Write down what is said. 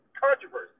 controversy